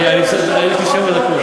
אני אבדוק לך מה שם השופט.